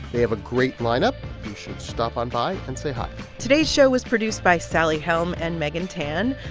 they have a great lineup. you should stop on by and say hi today's show was produced by sally helm and megan tan.